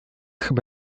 chyba